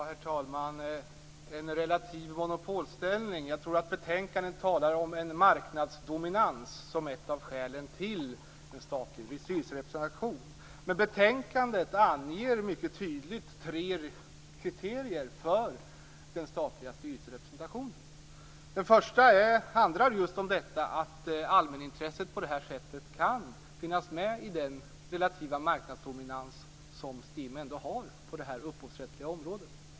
Herr talman! Vad gäller den relativa monopolställningen talas det i betänkandet om en marknadsdominans som ett av skälen till en statlig styrelserepresentation. I betänkandet anges mycket tydligt tre kriterier för den statliga styrelserepresentationen. Det första är att allmänintresset på det här sättet kan finnas med i den relativa marknadsdominans som STIM har på det upphovsrättsliga området.